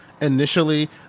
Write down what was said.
initially